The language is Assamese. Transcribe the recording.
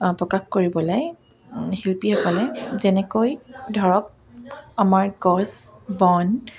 প্ৰকাশ কৰি পেলাই শিল্পীসকলে যেনেকৈ ধৰক আমাৰ গছ বন